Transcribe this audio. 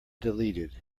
deleted